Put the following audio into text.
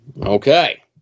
Okay